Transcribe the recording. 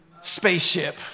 spaceship